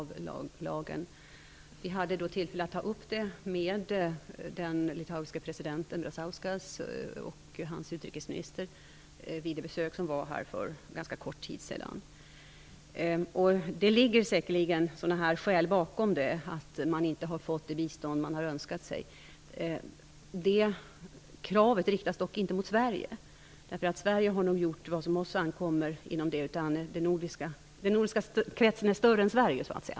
Vi hade tillfälle att ta upp frågan med den litauiske presidenten Brazauskas och hans utrikesminister vid det besök som skedde här för ganska kort tid sedan. Det ligger säkerligen sådana här skäl bakom det hela, att man inte har fått det bistånd som man har önskat sig. Kravet riktas dock inte mot Sverige. Vi i Sverige har nog gjort vad på oss ankommer. Den nordiska kretsen är ju större än Sverige.